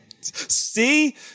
See